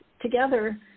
together